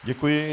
Děkuji.